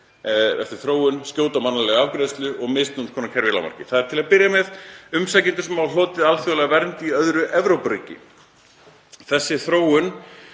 eftir þróun, skjóta og mannúðlega afgreiðslu og misnotkun á kerfinu í lágmarki. Það eru til að byrja með umsækjendur sem hafa hlotið alþjóðlega vernd í öðru Evrópuríki. Þessi þróun